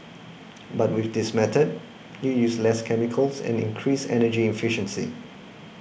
but with this method you use less chemicals and increase energy efficiency